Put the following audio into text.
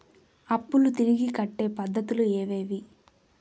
అప్పులు తిరిగి కట్టే పద్ధతులు ఏవేవి